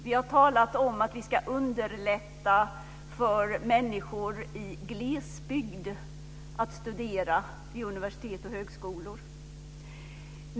Vi har talat om att vi ska underlätta för människor i glesbygd att studera vid universitet och högskolor.